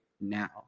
now